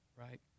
right